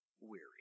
weary